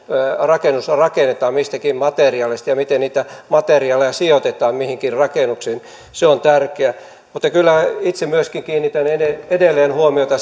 rakennus rakennetaan mistä materiaalista ja miten niitä materiaaleja sijoitetaan mihinkin rakennukseen se on tärkeää mutta kyllä itse myöskin kiinnitän edelleen edelleen huomiota